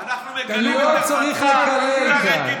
אנחנו מגלים את ערוותך.